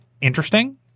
interesting